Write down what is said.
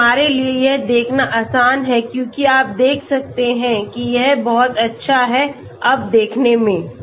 तो हमारे लिए यह देखना आसान है क्योंकि आप देख सकते हैं कि यह बहुत अच्छा है अब देखने में